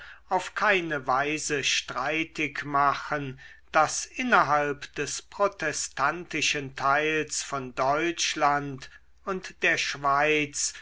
auf keine weise streitig machen daß innerhalb des protestantischen teils von deutschland und der schweiz